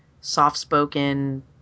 soft-spoken